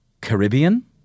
Caribbean